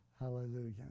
Hallelujah